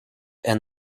and